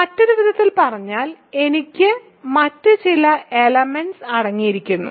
മറ്റൊരു വിധത്തിൽ പറഞ്ഞാൽ എനിക്ക് മറ്റ് ചില എലമെന്റ്സ് അടങ്ങിയിരിക്കുന്നു